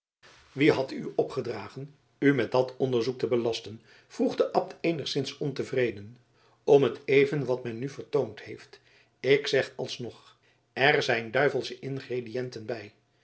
wie had u opgedragen u met dat onderzoek te belasten vroeg de abt eenigszins ontevreden om t even wat men u vertoond heeft ik zeg alsnog er zijn duivelsche ingrediënten bij